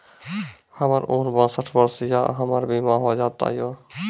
हमर उम्र बासठ वर्ष या हमर बीमा हो जाता यो?